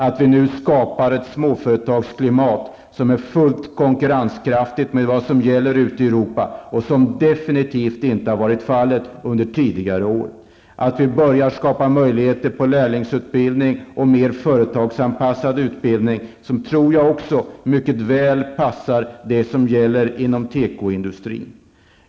Att vi nu skapar ett småföretagsklimat som är lika konkurrenskraftigt som det som gäller ute i Europa, vilket definitivt inte har varit fallet under tidigare år, att vi börjar skapa möjligheter för lärlingsutbildning och mer företagsanpassad utbildning tror jag också mycket väl passar det som gäller inom tekoindustrin.